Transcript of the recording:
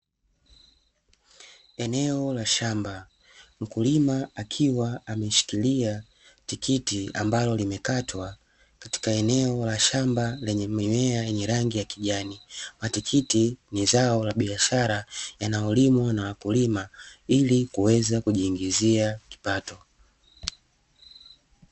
Eneo la shamba mkulima akiwa ameshikilia tikiti ambalo limekatwa katika eneo la shamba lenye mimea yenye rangi ya kijani. Matikiti ni zao la biashara yanayolimwa na wakulima ili kuweza kujiingizia kipato.